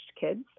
kids